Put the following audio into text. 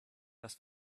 dass